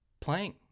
Playing